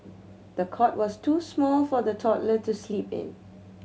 the cot was too small for the toddler to sleep in